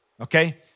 okay